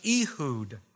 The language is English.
Ehud